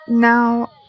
Now